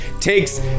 takes